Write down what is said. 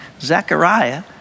Zechariah